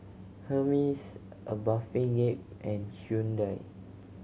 Hermes A Bathing Ape and Hyundai